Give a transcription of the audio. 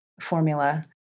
formula